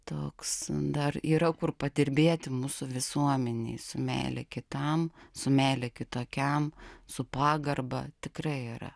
toks dar yra kur padirbėti mūsų visuomenei su meile kitam su meile kitokiam su pagarba tikrai yra